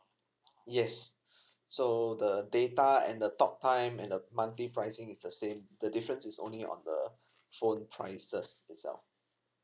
yes so the data and the talk time and the monthly pricing is the same the difference is only on the phone prices itself